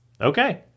okay